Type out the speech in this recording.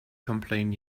complain